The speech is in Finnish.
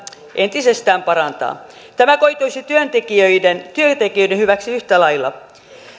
entisestään parantaa tämä koituisi työntekijöiden työntekijöiden hyväksi yhtä lailla